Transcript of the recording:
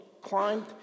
climbed